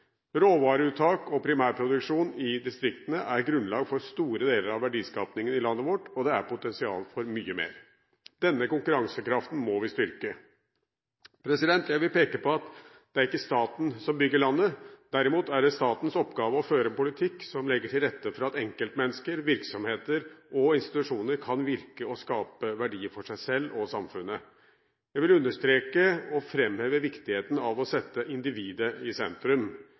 Råvareuttak og primærproduksjon i distriktene er grunnlag for store deler av verdiskapingen i landet vårt, og det er potensial for mye mer. Denne konkurransekraften må vi styrke. Jeg vil peke på at det ikke er staten som bygger landet, derimot er det statens oppgave å føre en politikk som legger til rette for at enkeltmennesker, virksomheter og institusjoner kan virke og skape verdier for seg selv og samfunnet. Jeg vil understreke og framheve viktigheten av å sette individet i sentrum.